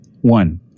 One